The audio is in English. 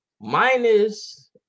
minus